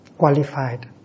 qualified